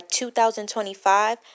2025